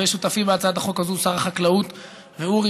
ושותפי בהצעת החוק הזו שר החקלאות אורי,